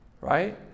Right